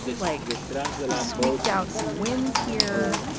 like we squeaked out some wins here.